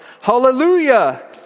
Hallelujah